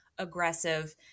aggressive